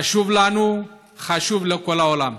חשוב לנו, חשוב לכל העולם.